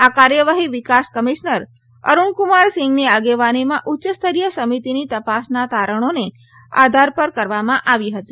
આ કાર્યવાહી વિકાસ કમિશનર અરૂણકુમાર સિંઘની આગેવાનીમાં ઉચ્ચ સ્તરીય સમિતિની તપાસના તારણોને આધાર પર કરવામાં આવી હતી